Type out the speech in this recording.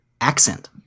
accent